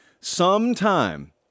Sometime